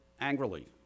angrily